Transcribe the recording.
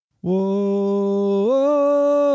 whoa